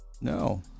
No